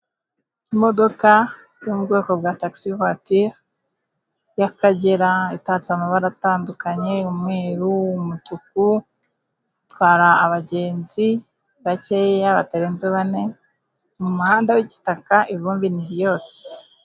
Imodoka yo mu bwoko bwa tagisi vatire y'akagera, itatse amabara atandukanye, umweru, umutuku, itwara abagenzi bakeya batarenze bane, mu muhanda w'igitaka, ivumbi ni ryose.